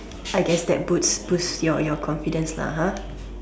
I guess that boots boost your your confidence lah !huh!